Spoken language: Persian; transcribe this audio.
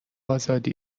ازادی